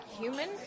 human